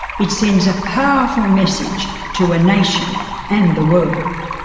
it sends a powerful message to a nation and the world.